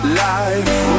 life